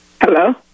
Hello